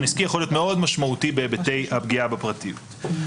עסקי יכול להיות מאוד משמעותי בהיבטי הפגיעה בפרטיות.